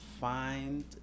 find